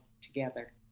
together